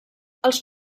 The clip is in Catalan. els